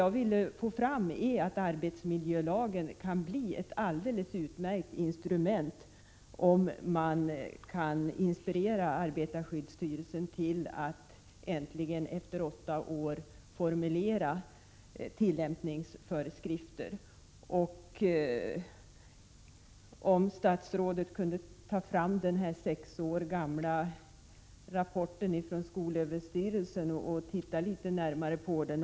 Jag vill alltså framhålla att arbetsmiljölagen skulle kunna bli ett alldeles utmärkt instrument, om man kan inspirera arbetarskyddsstyrelsen till att äntligen, efter åtta år, formulera tillämpningsföreskrifter. Det vore bra om statsrådet kunde ta fram den sex år gamla rapporten från skolöverstyrelsen och se litet närmare på den.